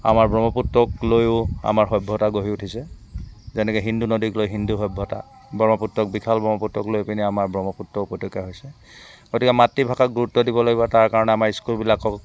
আমাৰ ব্ৰহ্মপুত্ৰক লৈয়ো আমাৰ সভ্যতা গঢ়ি উঠিছে যেনেকৈ সিন্ধু নদীক লৈ সিন্ধু সভ্যতা ব্ৰহ্মপুত্ৰ বিশাল ব্ৰহ্মপুত্ৰক লৈকেনে আমাৰ ব্ৰহ্মপুত্ৰ উপত্যকা হৈছে গতিকে মাতৃভাষাক গুৰুত্ব দিব লাগিব তাৰ কাৰণে আমাৰ স্কুলবিলাকক